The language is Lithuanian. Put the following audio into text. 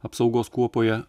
apsaugos kuopoje